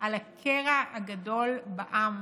על הקרע הגדול בעם